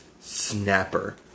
Snapper